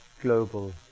global